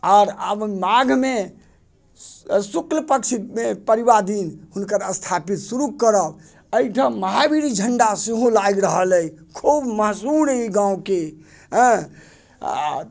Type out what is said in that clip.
आओर आब माघमे शुक्ल पक्षमे परिबा दिन हुनकर स्थापित शुरू करब एहिठाम महावीर झंडा सेहो लागि रहल अछि खूब मशहूर ई गाँवके एँ आर